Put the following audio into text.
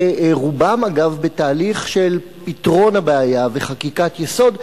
שרובם אגב בתהליך של פתרון הבעיה וחקיקת יסוד,